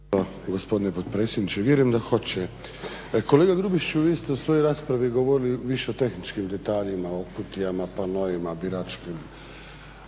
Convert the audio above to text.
Hvala gospodine potpredsjedniče. Vjerujem da hoće. Kolega Grubišiću, vi ste u svojoj raspravi govorili više o tehničkim detaljima, o kutijama, panoima, biračkim,